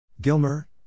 Gilmer